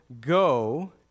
go